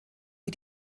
wie